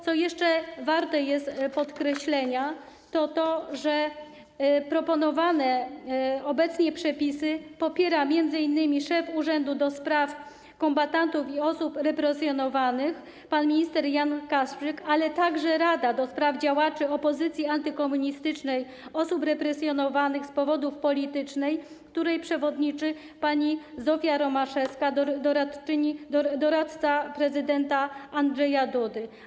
Natomiast warte podkreślenia jest jeszcze to, że proponowane obecnie przepisy popiera m.in. szef Urzędu do Spraw Kombatantów i Osób Represjonowanych pan minister Jan Kasprzyk, ale także Rada do Spraw Działaczy Opozycji Antykomunistycznej oraz Osób Represjonowanych z Powodów Politycznych, której przewodniczy pani Zofia Romaszewska - doradca prezydenta Andrzeja Dudy.